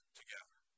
together